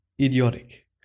idiotic